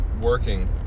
working